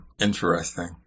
Interesting